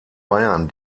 bayern